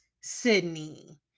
sydney